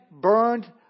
burned